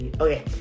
okay